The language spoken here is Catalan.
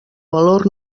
valor